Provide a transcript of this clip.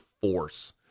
force